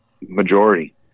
majority